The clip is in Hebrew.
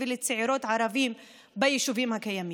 וצעירים ערבים ביישובים הקיימים,